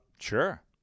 Sure